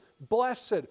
blessed